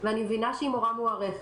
ואני מבינה שהיא מורה מוערכת,